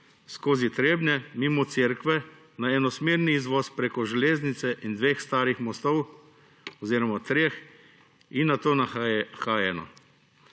skozi Trebnje mimo cerkve na enosmerni izvoz preko železnice in dveh starih mostov oziroma treh in nato na H1.